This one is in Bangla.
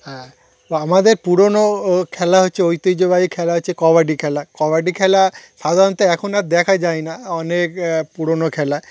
হ্যাঁ তো আমাদের পুরনো ও খেলা হচ্ছে ঐতিহ্যবাহী খেলা হচ্ছে কবাডি খেলা কবাডি খেলা সাধারণত এখন আর দেখা যায় না অনেক পুরনো খেলা